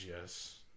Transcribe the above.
yes